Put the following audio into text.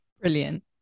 Brilliant